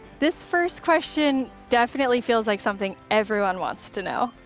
this first question definitely feels like something everyone wants to know.